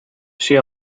she